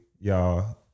y'all